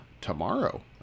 tomorrow